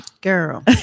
girl